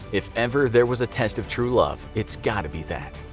if ever there was a test of true love, it's got to be that,